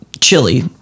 Chili